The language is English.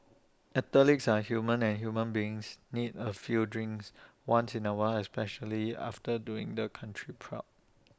athletes are human and human beings need A few drinks once in A while especially after doing the country proud